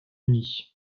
uni